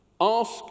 Ask